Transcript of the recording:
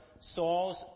Saul's